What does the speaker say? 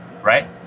right